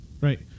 Right